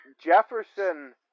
Jefferson